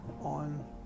on